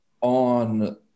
on